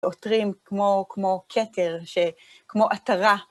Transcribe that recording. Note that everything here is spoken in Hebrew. עוטרים כמו כתר, כמו עטרה.